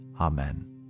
Amen